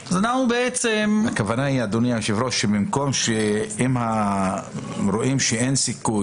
הכוונה היא שאם רואים שאין סיכוי